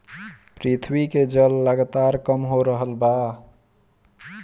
पृथ्वी के जल लगातार कम हो रहल बा